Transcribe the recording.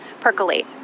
percolate